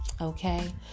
Okay